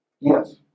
Yes